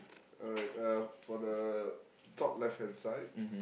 alright uh for the top left-hand side